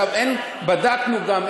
בדקנו גם,